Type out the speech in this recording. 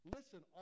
Listen